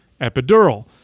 epidural